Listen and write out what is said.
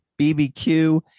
BBQ